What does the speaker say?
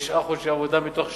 לתשעה חודשי עבודה מתוך 18,